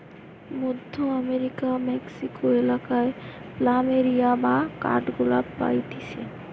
মধ্য আমেরিকার মেক্সিকো এলাকায় প্ল্যামেরিয়া বা কাঠগোলাপ পাইতিছে